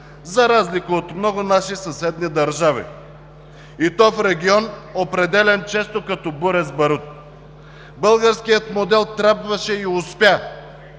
за разлика от много наши съседни държави, и то в регион, определян често като „буре с барут“. Българския модел трябваше и успя